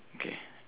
okay